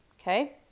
Okay